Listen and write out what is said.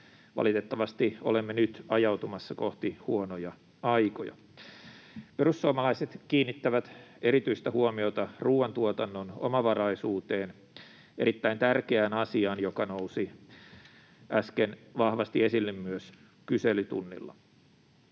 valitettavasti olemme nyt ajautumassa kohti huonoja aikoja. Perussuomalaiset kiinnittävät erityistä huomiota ruoantuotannon omavaraisuuteen, erittäin tärkeään asiaan, joka nousi äsken vahvasti esille myös kyselytunnilla.